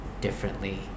differently